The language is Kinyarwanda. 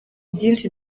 byinshi